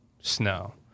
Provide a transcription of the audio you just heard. snow